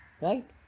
Right